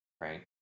Right